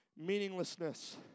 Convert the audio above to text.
meaninglessness